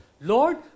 Lord